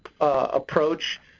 approach